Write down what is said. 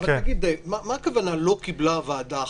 מה הכוונה "לא קיבלה הוועדה החלטה"?